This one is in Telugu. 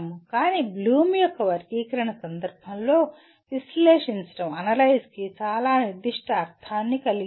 కానీ బ్లూమ్ యొక్క వర్గీకరణ సందర్భంలో విశ్లేషించడంఅనలైజ్ కి చాలా నిర్దిష్ట అర్ధాన్ని కలిగి ఉంది